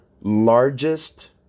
largest